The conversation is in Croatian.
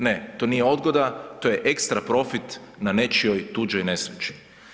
Ne, to nije odgoda, to je ekstra profit na nečijoj tuđoj nesreći.